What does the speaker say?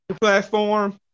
Platform